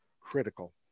critical